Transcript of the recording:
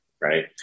right